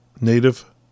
native